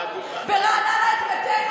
קברנו ברעננה את מתינו,